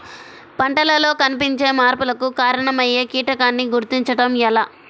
పంటలలో కనిపించే మార్పులకు కారణమయ్యే కీటకాన్ని గుర్తుంచటం ఎలా?